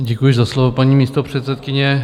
Děkuji za slovo, paní místopředsedkyně.